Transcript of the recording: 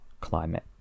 climate